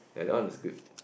yeah that one is good